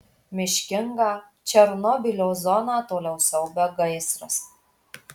miškingą černobylio zoną toliau siaubia gaisras